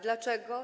Dlaczego?